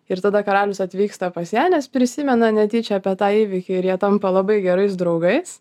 ir tada karalius atvyksta pas ją nes prisimena netyčia apie tą įvykį ir jie tampa labai gerais draugais